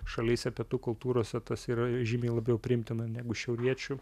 šalyse pietų kultūrose tas yra žymiai labiau priimtina negu šiauriečių